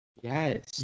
Yes